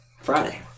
Friday